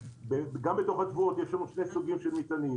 גם בתוך התבואות יש לנו שני סוגים של מטענים.